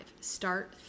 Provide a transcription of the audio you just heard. start